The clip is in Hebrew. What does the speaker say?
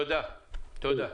תודה.